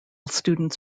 students